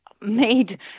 made